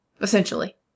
Essentially